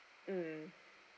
mm